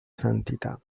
santità